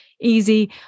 easy